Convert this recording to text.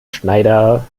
schneider